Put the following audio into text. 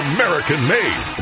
American-made